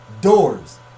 doors